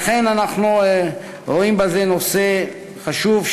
לכן אנחנו רואים בזה נושא חשוב,